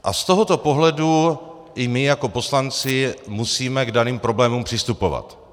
A z tohoto pohledu i my jako poslanci musíme k daným problémům přistupovat.